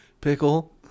Pickle